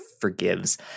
Forgives